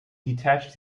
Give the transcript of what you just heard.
detach